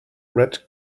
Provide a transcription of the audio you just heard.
red